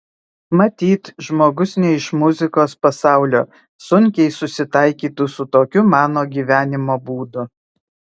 matyt žmogus ne iš muzikos pasaulio sunkiai susitaikytų su tokiu mano gyvenimo būdu